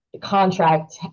contract